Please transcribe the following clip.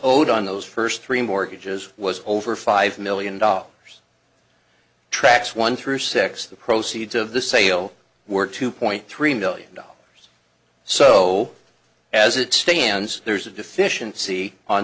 owed on those first three mortgages was over five million dollars tracks one through six the proceeds of the sale were two point three million dollars so as it stands there's a deficiency on